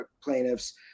plaintiffs